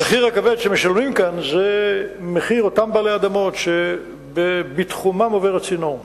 המחיר הכבד שמשלמים כאן הוא של אותם בעלי אדמות שבתחומם עובר הצינור.